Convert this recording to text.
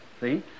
See